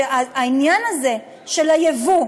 כדי שהעניין הזה של היבוא,